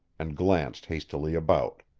and glanced hastily about.